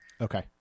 Okay